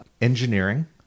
Engineering